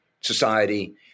society